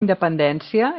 independència